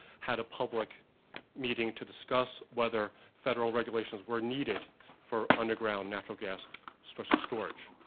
had a public meeting to discuss whether federal regulations were needed for underground natural gas sort of storage.